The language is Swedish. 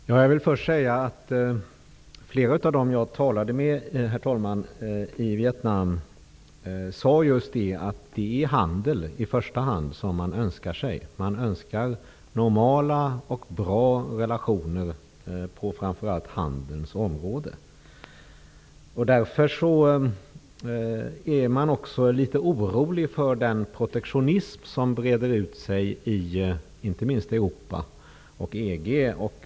Herr talman! Jag vill först säga att flera av dem som jag talade med i Vietnam sade att det i första hand är just handel som man önskar sig. Man vill ha normala och bra relationer på framför allt handelns område. Därför är man litet orolig för den protektionism som breder ut sig i inte minst Europa och EG.